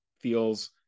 feels